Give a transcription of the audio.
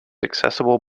accessible